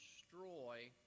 destroy